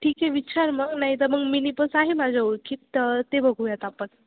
ठीक आहे विचार मग नाहीतर मग मिनी बस आहे माझ्या ओळखीत तर ते बघूयात आपण